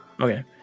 Okay